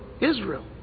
Israel